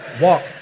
Walk